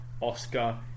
Oscar